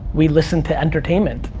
we listen to entertainment.